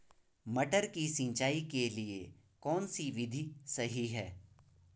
मटर की सिंचाई के लिए कौन सी विधि सही है?